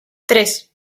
tres